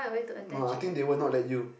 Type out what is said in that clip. no I think they will not let you